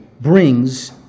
brings